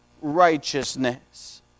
righteousness